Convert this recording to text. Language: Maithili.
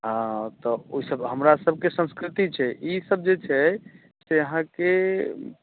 हॅं त हमरा सभक संस्कृति के ई सब जे छै से अहाॅंके